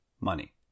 money